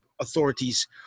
authorities